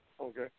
Okay